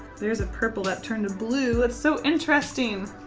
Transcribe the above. there's a purple that turn to blue. that's so interesting!